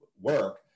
work